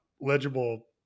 legible